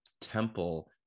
temple